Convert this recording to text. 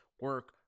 Work